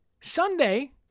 Sunday